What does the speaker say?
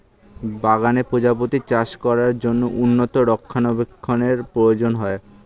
বাগানে প্রজাপতি চাষ করার জন্য উন্নত রক্ষণাবেক্ষণের প্রয়োজন হয়